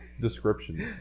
description